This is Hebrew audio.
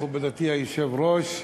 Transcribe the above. מכובדתי היושבת-ראש,